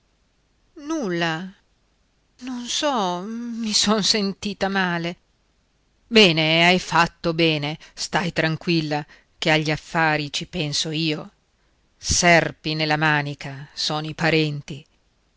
nulla non so i son sentita male bene hai fatto bene sta tranquilla che agli affari ci penso io serpi nella manica sono i parenti